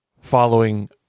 Following